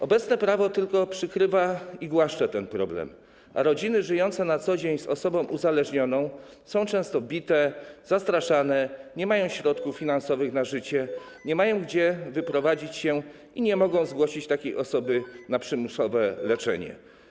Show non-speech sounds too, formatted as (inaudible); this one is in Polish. Obecne prawo tylko przykrywa i głaszcze ten problem, a rodziny żyjące na co dzień z osobą uzależnioną są często bite, zastraszane, nie mają środków finansowych na życie, (noise) nie mają się gdzie wyprowadzić i nie mogą zgłosić takiej osoby na przymusowe leczenie.